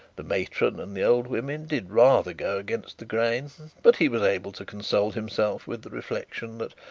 the matron and the old women did rather go against the grain but he was able to console himself with the reflection, that,